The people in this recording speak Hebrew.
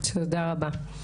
תודה רבה.